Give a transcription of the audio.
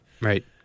Right